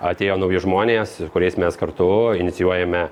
atėjo nauji žmonės kuriais mes kartu inicijuojame